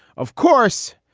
of course,